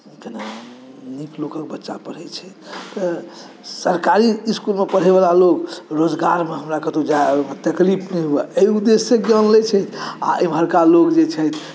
जेना नीक लोकके बच्चा पढ़ै छै तऽ सरकारी स्कूलमे पढ़ैवला लोक रोजगारमे हमरा कतहु जाए आबैमे तकलीफ नहि हुअए एहि उद्देश्यके जानि लै छै आओर एम्हरका लोक जे छथि